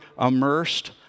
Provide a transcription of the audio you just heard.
immersed